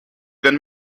wenn